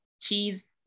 Cheese